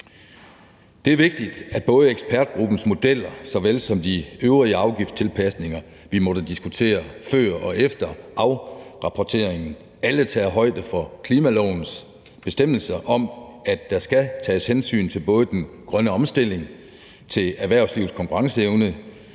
Det er vigtigt, at både ekspertgruppens modeller og de øvrige afgifttilpasninger, vi måtte diskutere før og efter afrapporteringen, alle tager højde for klimalovens bestemmelser om, at der skal tage hensyn til både den grønne omstilling, erhvervslivets konkurrenceevne,